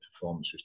performance